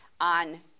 on